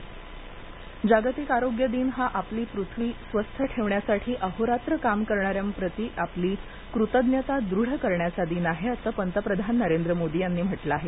आरोग्य दिन पंतप्रधान संदेश जागतिक आरोग्य दिन हा आपले पृथ्वी स्वस्थ ठेवण्यासाठी अहोरात्र काम करणाऱ्यांप्रती आपली कृतज्ञता दृढ करण्याचा दिन आहे असं पंतप्रधान नरेंद्र मोदी यांनी म्हटलं आहे